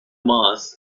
mass